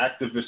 activist